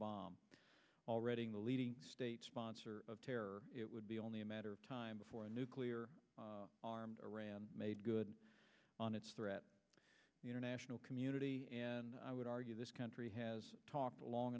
bomb all reading the leading state sponsor of terror it would be only a matter of time before a nuclear armed iran made good on its threat the international community and i would argue this country has talked a long